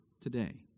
today